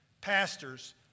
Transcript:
Pastors